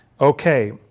Okay